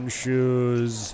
shoes